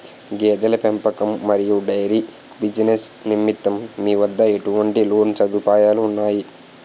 గేదెల పెంపకం మరియు డైరీ బిజినెస్ నిమిత్తం మీ వద్ద ఎటువంటి లోన్ సదుపాయాలు ఉన్నాయి?